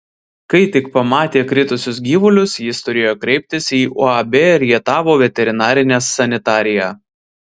kai tik pamatė kritusius gyvulius jis turėjo kreiptis į uab rietavo veterinarinę sanitariją